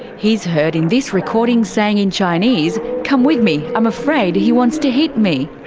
he's heard in this recording saying in chinese come with me! i'm afraid he wants to hit me.